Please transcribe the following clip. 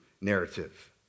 narrative